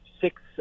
six